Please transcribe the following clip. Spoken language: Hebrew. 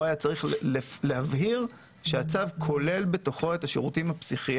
פה היה צריך להבהיר שהצו כולל בתוכו את השירותים הפסיכיאטריים,